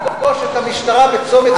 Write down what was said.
לפגוש את המשטרה בצומת,